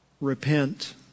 repent